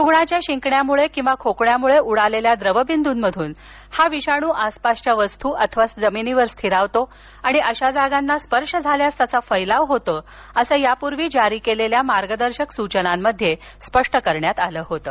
रुग्णाच्या शिंकण्या किंवा खोकण्यामुळे उडालेल्या द्रवबिंदूंमधून हा विषाणू आसपासच्या वस्तू अथवा जमिनीवर स्थिरावतो आणि अशा जागांना स्पर्श झाल्यास त्याचा फैलाव होतो असं या पुर्वी जारी केलेल्या मार्गदर्शक सूचनांमध्ये सांगण्यात आलं होतं